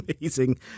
amazing